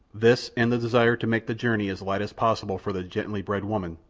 this, and the desire to make the journey as light as possible for the gently bred woman,